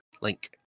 link